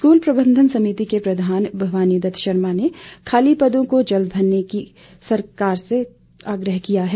school प्रबंधन समिति के प्रधान भवानी दत्त शर्मा ने खाली पदों को जल्द भरने का सरकार से आग्रह किया है